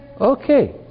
Okay